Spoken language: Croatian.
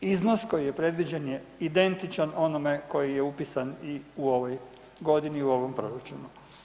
Iznos koji je predviđen je identičan onome koji je upisan i u ovoj godini u ovom proračunu.